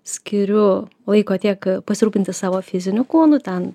skiriu laiko tiek pasirūpinti savo fiziniu kūnu ten